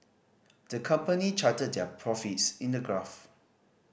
the company charted their profits in a graph